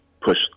push